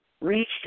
reached